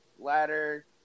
Ladder